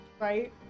Right